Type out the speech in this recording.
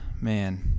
Man